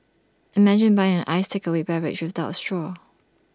imagine buying an iced takeaway beverage without A straw